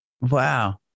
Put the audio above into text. Wow